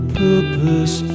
purpose